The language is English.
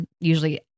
usually